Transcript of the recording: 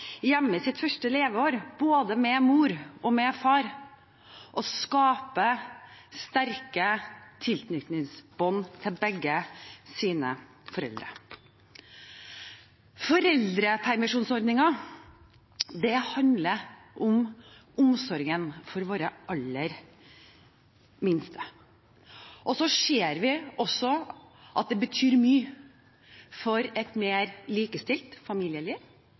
sitt første leveår med både mor og far og skape sterke tilknytningsbånd til begge sine foreldre. Foreldrepermisjonsordningen handler om omsorgen for våre aller minste. Vi ser også at det betyr mye for et mer likestilt familieliv